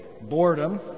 boredom